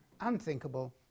unthinkable